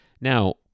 Now